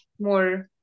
more